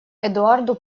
эдуарду